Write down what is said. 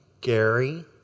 Gary